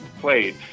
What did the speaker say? played